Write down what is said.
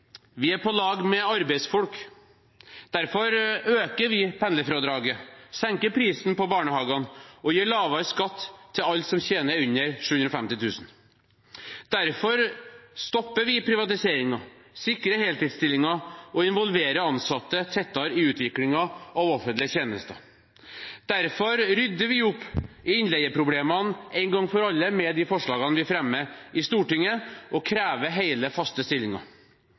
Vi er på lag med arbeidsfolk. Derfor øker vi pendlerfradraget, senker barnehageprisene og gir lavere skatt til alle som tjener under 750 000 kr. Derfor stopper vi privatiseringen, sikrer heltidsstillinger og involverer ansatte tettere i utviklingen av offentlige tjenester. Derfor rydder vi opp i innleieproblemene én gang for alle med de forslagene vi fremmer i Stortinget, og krever hele, faste